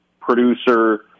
producer